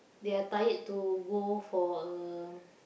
they are tired to go for a